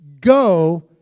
go